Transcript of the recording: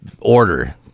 order